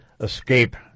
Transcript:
escape